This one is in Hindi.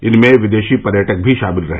इनमें विदेशी पर्यटक भी शामिल रहे